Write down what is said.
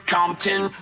Compton